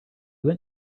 went